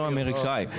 לא אמריקאי.